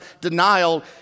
denial